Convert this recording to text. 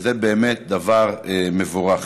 וזה דבר מבורך.